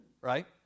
right